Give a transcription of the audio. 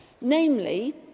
Namely